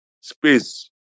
space